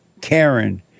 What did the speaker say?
Karen